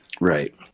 Right